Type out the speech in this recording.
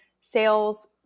sales